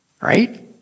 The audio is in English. Right